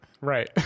Right